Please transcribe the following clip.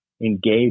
engage